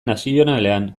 nazionalean